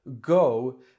go